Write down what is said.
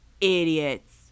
idiots